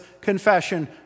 confession